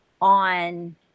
on